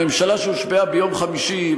עם ממשלה שהושבעה ביום חמישי,